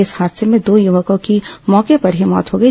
इस हादसे में दो युवकों की मौके पर ही मौत हो गई